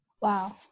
Wow